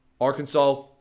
Arkansas